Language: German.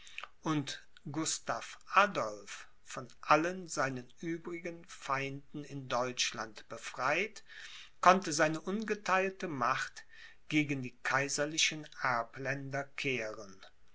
und gustav adolph von allen seinen übrigen feinden in deutschland befreit konnte seine ungeteilte macht gegen die kaiserlichen erbländer kehren